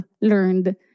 learned